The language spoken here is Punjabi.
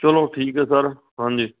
ਚਲੋ ਠੀਕ ਹੈ ਸਰ ਹਾਂਜੀ